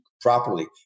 properly